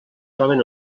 troben